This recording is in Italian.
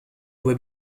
due